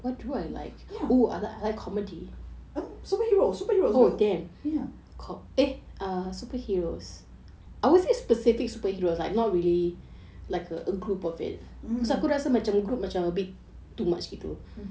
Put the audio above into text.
superhero superhero